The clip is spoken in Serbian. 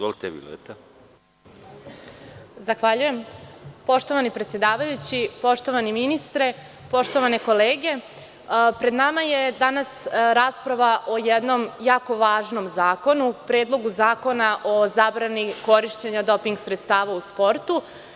Poštovani predsedavajući, poštovani ministre, poštovane kolege, pred nama je danas rasprava o jednom jako važnom zakonu, Predlogu zakona o zabrani korišćenja doping sredstava u sportu.